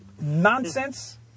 nonsense